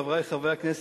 חברי חברי הכנסת,